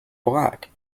black